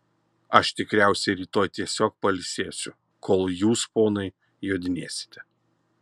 aš tikriausiai rytoj tiesiog pailsėsiu kol jūs ponai jodinėsite